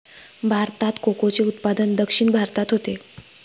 भारतात कोकोचे उत्पादन दक्षिण भारतात होते